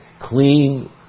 clean